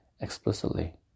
explicitly